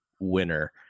winner